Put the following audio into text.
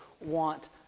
want